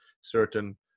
certain